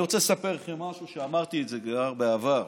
אני רוצה לספר לך משהו שאמרתי כבר בעבר.